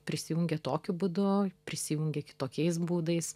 prisijungia tokiu būdu prisijungia kitokiais būdais